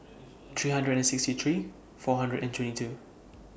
three hundred and sixty three four hundred and twenty two